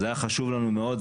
זה היה חשוב לנו מאוד.